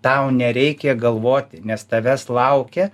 tau nereikia galvoti nes tavęs laukia